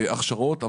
שעברו הכשרות,